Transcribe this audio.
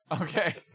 Okay